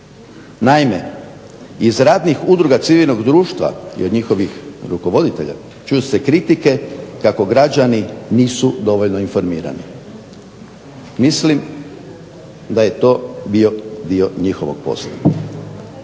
Naime, iz ratnih udruga civilnog društva i od njihovih rukovoditelja čuju se kritike kako građani nisu dovoljno informirani. Mislim da je to bio dio njihovog posla.